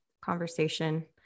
conversation